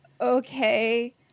okay